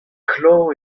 klañv